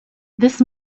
this